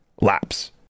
laps